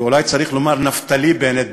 ואולי צריך לומר נפתלי בנט,